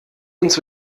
uns